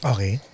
Okay